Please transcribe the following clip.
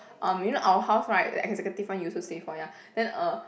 um you know our house right the executive one you also stay before ya then uh